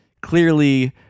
clearly